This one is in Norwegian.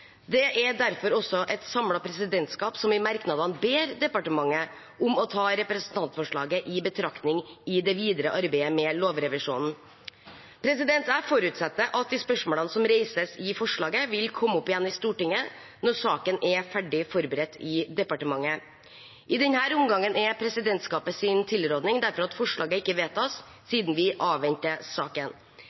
Det er derfor et samlet presidentskap som i merknadene ber departementet om å ta representantforslaget i betraktning i det videre arbeidet med lovrevisjonen. Jeg forutsetter at de spørsmålene som reises i forslaget, vil komme opp igjen i Stortinget når saken er ferdig forberedt i departementet. I denne omgangen er presidentskapets tilråding derfor at forslaget ikke vedtas, siden vi avventer saken.